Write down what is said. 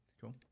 Cool